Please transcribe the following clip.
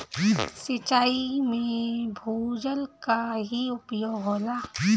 सिंचाई में भूजल क ही उपयोग होला